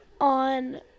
on